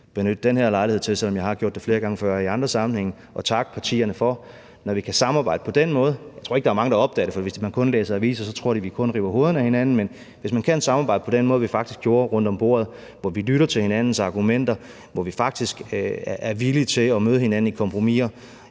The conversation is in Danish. benytte den her lejlighed til, selv om jeg har gjort det flere gange før i andre sammenhænge, at takke partierne for det, når vi kan samarbejde på den måde. Jeg tror ikke, der er mange, der opdager det, for hvis man kun læser aviser, tror de kun, at vi river hovederne af hinanden, men hvis man kan samarbejde på den måde, som vi rent faktisk gjorde rundt om bordet, hvor vi lytter til hinandens argumenter, hvor vi faktisk er villige til at møde hinanden i kompromiser,